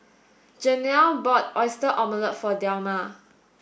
Janelle bought oyster omelette for Delma